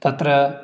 तत्र